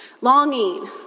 longing